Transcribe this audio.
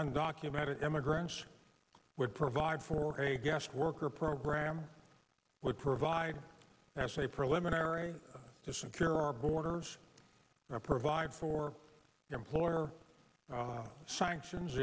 undocumented immigrants would provide for a guest worker program would provide as a preliminary to secure our borders provide for employer sanctions